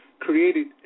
created